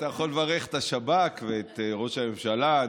אתה יכול לברך את השב"כ ואת ראש הממשלה.